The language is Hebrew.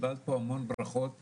מילא לראות אבחון ראשוני,